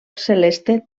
celeste